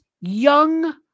young